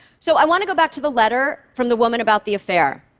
so i want to go back to the letter from the woman, about the affair.